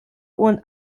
und